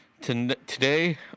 today